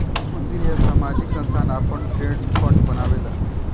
मंदिर या सामाजिक संस्थान आपन ट्रस्ट फंड बनावेला